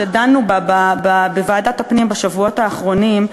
שדנו בה בוועדת הפנים בשבועות האחרונים,